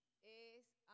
Es